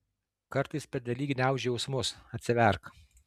kartais pernelyg gniauži jausmus atsiverk